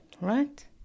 right